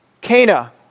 Cana